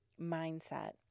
mindset